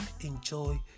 Enjoy